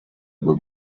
bwo